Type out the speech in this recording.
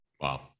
wow